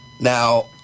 now